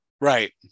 Right